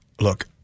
look